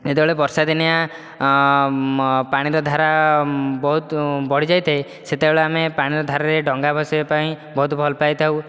ଯେତେବେଳେ ବର୍ଷା ଦିନିଆ ପାଣିର ଧାର ବହୁତ ବଢ଼ିଯାଇଥାଏ ସେତେବେଳେ ଆମେ ପାଣିର ଧାରରେ ଡଙ୍ଗା ଭସାଇବା ପାଇଁ ବହୁତ ଭଲ ପାଇଥାଉ